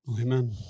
amen